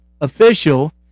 official